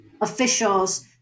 officials